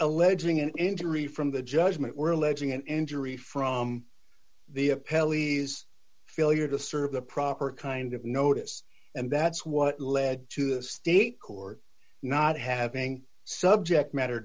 alleging an injury from the judgment or alleging an injury from the a pelleas failure to serve the proper kind of notice and that's what led to a state court not having subject matter